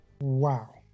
wow